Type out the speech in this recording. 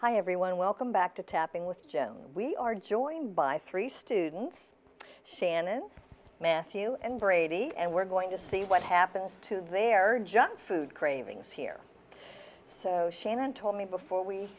hi everyone welcome back to tapping with joe we are joined by three students share matthew brady and we're going to see what happens to their junk food cravings here so shannon told me before we